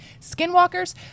Skinwalkers